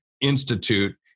Institute